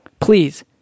Please